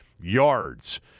Yards